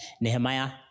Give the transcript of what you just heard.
Nehemiah